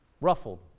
ruffled